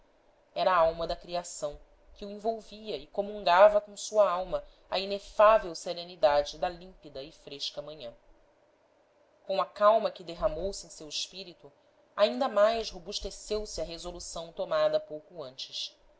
a alma da criação que o envolvia e comungava com sua alma a inefável serenidade da límpida e fresca manhã com a calma que derramou-se em seu espírito ainda mais robusteceu se a resolução tomada pouco antes